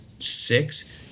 six